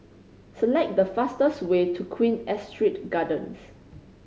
select the fastest way to Queen Astrid Gardens